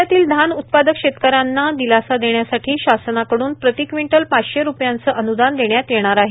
राज्यातील धान उत्पादक शेतकऱ्यांना दिलासा देण्यासाठी शासनाकडून प्रती क्विंटल पाचशे रुपयांचं अनुदान देण्यात येणार आहे